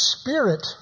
spirit